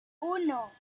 uno